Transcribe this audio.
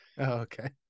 okay